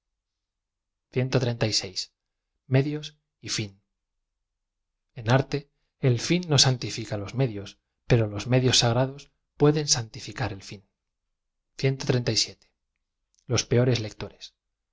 medios y fin en arte el fin no santifica los medios pero los me dios sagrados pueden santificar el fin pob federico m s dcas peores lector loe peores lectores